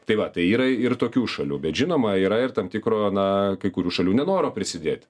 tai va tai yra ir tokių šalių bet žinoma yra ir tam tikro na kai kurių šalių nenoro prisidėti